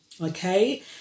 Okay